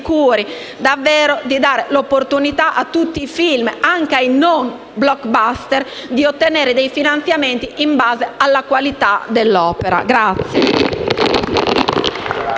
sicuri davvero di dare l’opportunità a tutti i film, anche ai non blockbuster, di ottenere finanziamenti in base alla qualità dell’opera.